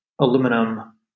aluminum